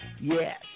yes